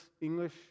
English